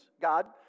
God